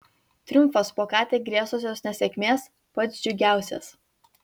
triumfas po ką tik grėsusios nesėkmės pats džiugiausias